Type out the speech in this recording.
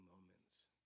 moments